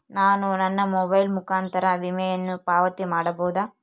ನಾನು ನನ್ನ ಮೊಬೈಲ್ ಮುಖಾಂತರ ವಿಮೆಯನ್ನು ಪಾವತಿ ಮಾಡಬಹುದಾ?